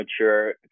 mature